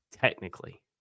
Technically